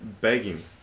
Begging